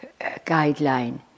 guideline